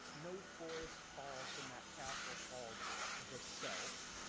no forest falls from that castle called the self.